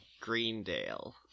Greendale